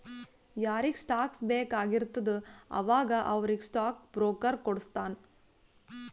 ಯಾರಿಗ್ ಸ್ಟಾಕ್ಸ್ ಬೇಕ್ ಆಗಿರ್ತುದ ಅವಾಗ ಅವ್ರಿಗ್ ಸ್ಟಾಕ್ ಬ್ರೋಕರ್ ಕೊಡುಸ್ತಾನ್